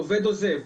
עובד עוזב,